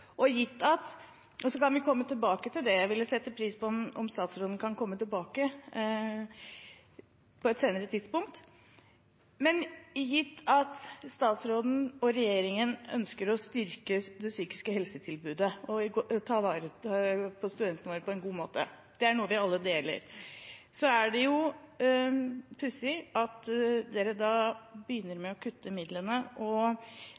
et annet oppfølgingsspørsmål. Gitt at statsråden og regjeringen ønsker å styrke det psykiske helsetilbudet og ta vare på studentene våre på en god måte – det ønsket er noe vi alle deler – er det jo pussig at dere begynner med å kutte midlene. Og